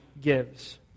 gives